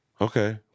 Okay